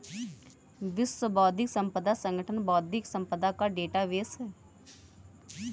विश्व बौद्धिक संपदा संगठन बौद्धिक संपदा का डेटाबेस है